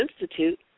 Institute